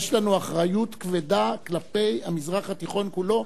יש לנו אחריות כבדה כלפי המזרח התיכון כולו,